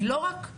היא לא רק,